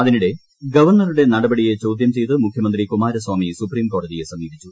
അതിനിടെ ഗവർണ്ണറുടെ നടപടിയെ ചോദ്യം ചെയ്ത് മുഖ്യമന്ത്രി കുമാരസ്വാമി സുപ്രീംകോടതിയെ സമീപിച്ചു